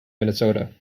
minnesota